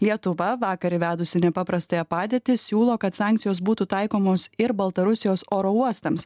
lietuva vakar įvedusi nepaprastąją padėtį siūlo kad sankcijos būtų taikomos ir baltarusijos oro uostams